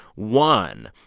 one,